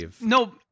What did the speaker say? no